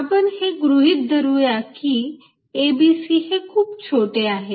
आपण हे गृहीत धरूया की abc हे खुप छोटे आहे